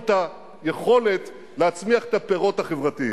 כל החוכמה.